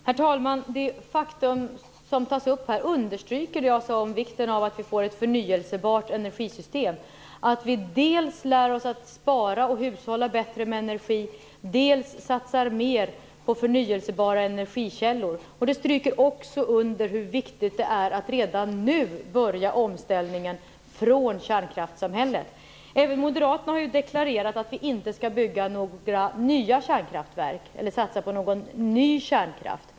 Herr talman! Det faktum som här tas upp understryker vikten av det jag sade om betydelsen av att vi får ett förnybart energisystem. Det gäller att vi dels lär oss att spara och hushålla bättre med energi, dels satsar mera på förnybara energikällor. Vidare understryks vikten av att redan nu börja omställningen från kärnkraftssamhället. Även Moderaterna har ju deklarerat att vi inte skall satsa på ny kärnkraft.